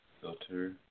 filter